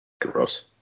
Gross